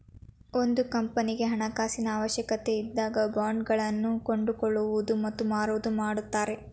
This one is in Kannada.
ಒಂದು ಕಂಪನಿಗೆ ಹಣಕಾಸಿನ ಅವಶ್ಯಕತೆ ಇದ್ದಾಗ ಬಾಂಡ್ ಗಳನ್ನು ಕೊಂಡುಕೊಳ್ಳುವುದು ಮತ್ತು ಮಾರುವುದು ಮಾಡುತ್ತಾರೆ